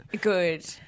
good